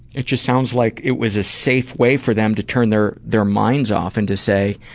it just sounds like it was a safe way for them to turn their their minds off and to say,